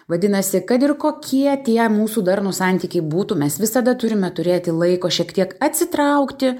vadinasi kad ir kokie tie mūsų darnūs santykiai būtų mes visada turime turėti laiko šiek tiek atsitraukti